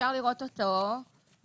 אפשר לראות אותו בעמוד